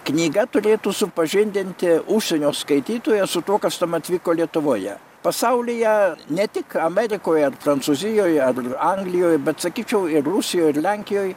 knyga turėtų supažindinti užsienio skaitytoją su tuo kas tuomet vyko lietuvoje pasaulyje ne tik amerikoje ar prancūzijoje anglijoje bet sakyčiau ir rusijoj ir lenkijoj